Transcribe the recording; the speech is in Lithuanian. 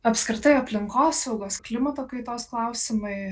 apskritai aplinkosaugos klimato kaitos klausimai